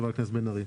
חברת הכנסת בן ארי,